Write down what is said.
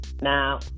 Now